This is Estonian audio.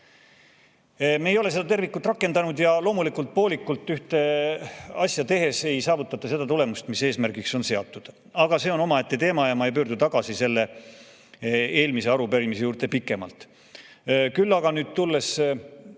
Me ei ole seda tervikut rakendanud. Loomulikult, poolikult ühte asja tehes ei saavutata seda tulemust, mis eesmärgiks on seatud, aga see on omaette teema ja ma ei pöördu pikemalt tagasi eelmise arupärimise juurde. Küll aga nüüd, tulles